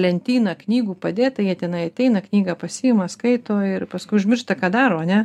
lentyna knygų padėta jie tenai ateina knygą pasiima skaito ir paskui užmiršta ką daro a ne